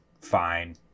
fine